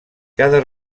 cada